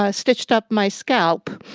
ah stitched up my scalp.